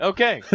Okay